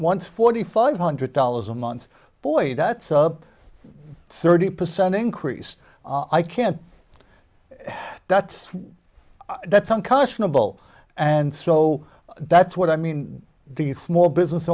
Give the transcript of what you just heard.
once forty five hundred dollars a month boy that's a thirty percent increase i can't that's that's unconscionable and so that's what i mean the small business